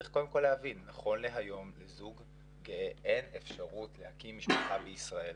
צריך קודם כל להבין שלזוג גאה אין אפשרות להקים משפחה בישראל.